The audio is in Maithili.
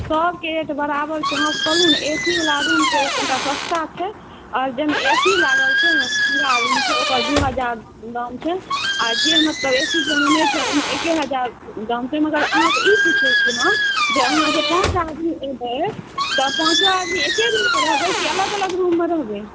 सभके रेट बराबर छै अहाँके कहलहुँ ने ए सी वला रूमके कनिटा सस्ता छै आ जाहिमे ए सी लागल छै पूरा रूम छै ओकर दू हजार दाम छै आ जे मतलब ए सी जाहिमे नहि छै ओ मतलब एके हजार दाम छै अहाँके ई पूछैत छी हम जे अहाँ जे पाँच आदमी एबै तऽ पाँचो आदमी एके रूममे रहबै कि अलग अलग रूममे रहबै